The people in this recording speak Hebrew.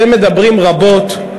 אתם מדברים רבות,